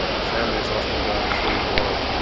ah the family has often gone through a lot of